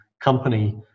company